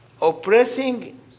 oppressing